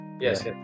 Yes